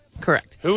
Correct